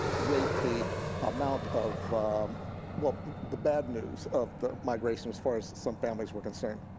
rate the amount of well, the bad news of the migration as far as some families were concerned?